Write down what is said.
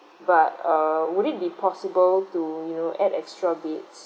but err would it be possible to you know add extra beds